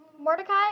Mordecai